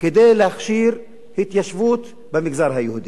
כדי להכשיר התיישבות במגזר היהודי,